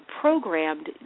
programmed